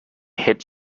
hit